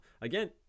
Again